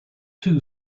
two